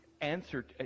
answer